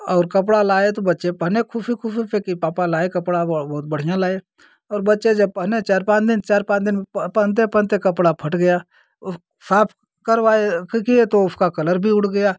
और कपड़ा लाए तो बच्चे पहने ख़ुशी ख़ुशी से कि पापा लाए कपड़ा बहुत बढ़ियाँ लाए और बच्चे जब पहने चार पाँच दिन चार पाँच दिन पहनते पहनते कपड़ा फट गया वह साफ़ करवाए किए तो उसका कलर भी उड़ गया